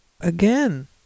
Again